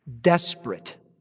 desperate